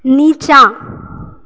नीचाँ